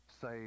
say